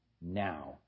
now